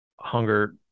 hunger